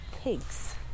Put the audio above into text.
pigs